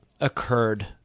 occurred